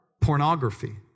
Pornography